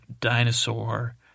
dinosaur